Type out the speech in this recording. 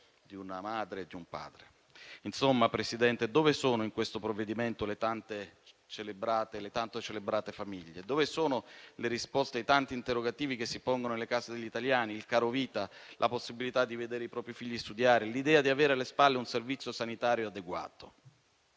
Insomma, Presidente, dove sono in questo provvedimento le tanto celebrate famiglie? Dove sono le risposte ai tanti interrogativi che si pongono nelle case degli italiani (il carovita, la possibilità di vedere i propri figli studiare o l'idea di avere alle spalle un servizio sanitario adeguato)?